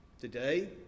today